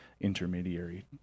intermediary